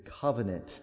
covenant